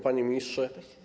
Panie Ministrze!